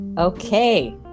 Okay